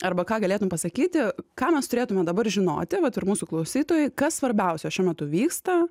arba ką galėtum pasakyti ką mes turėtume dabar žinoti vat ir mūsų klausytojai kas svarbiausio šiuo metu vyksta